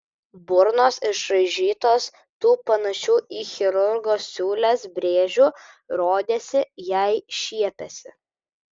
burnos išraižytos tų panašių į chirurgo siūles brėžių rodėsi jai šiepiasi